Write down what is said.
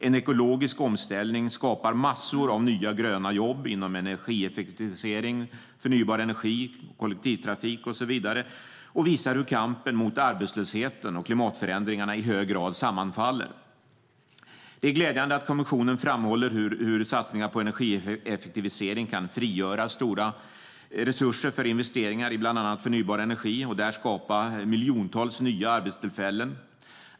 En ekologisk omställning skapar massor av nya gröna jobb inom energieffektivisering, förnybar energi, kollektivtrafik och så vidare och visar hur kampen mot arbetslösheten och klimatförändringarna i hög grad sammanfaller. Det är glädjande att kommissionen framhåller hur satsningar på energieffektivisering kan frigöra stora resurser för investeringar i bland annat förnybar energi och där skapa miljontals nya arbetstillfällen.